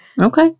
Okay